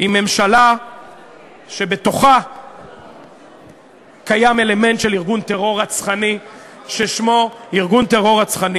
עם ממשלה שבתוכה קיים אלמנט של ארגון טרור רצחני ששמו ה"חמאס".